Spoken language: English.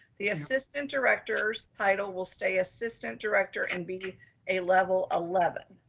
the assistant director's title will stay assistant director and be a level eleven,